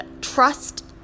Trust